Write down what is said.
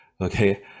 okay